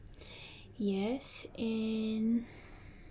yes and